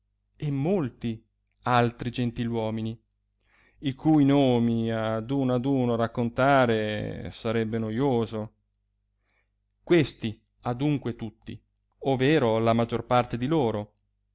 e molti altri gentiluomini i cui nomi ad uno ad uno raccontare sarebbe noioso questi adunque tutti overo la maggior parte di loro